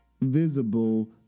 visible